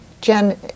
Jen